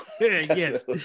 Yes